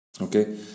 Okay